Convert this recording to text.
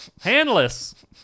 Handless